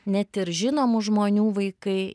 net ir žinomų žmonių vaikai